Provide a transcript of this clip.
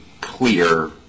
clear